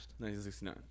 1969